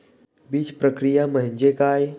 बीजप्रक्रिया म्हणजे काय?